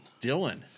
Dylan